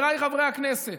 חבריי חברי הכנסת,